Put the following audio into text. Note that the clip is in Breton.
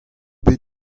bet